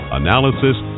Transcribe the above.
analysis